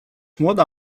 młoda